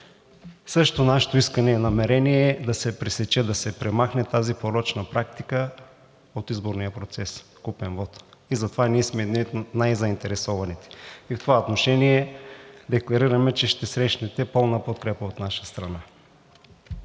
Също нашето искане и намерение е да се пресече, да се премахне тази порочна практика от изборния процес – купен вот, и затова ние сме най заинтересованите, и в това отношение декларираме, че ще срещнете пълна подкрепа от наша страна.